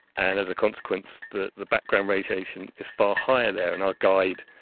and as a consequence the the background radiation is far higher there, and our guide,